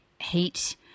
heat